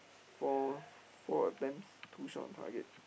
four four attempts two shot on target